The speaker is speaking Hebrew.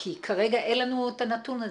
כי כרגע אין לנו את הנתון הזה.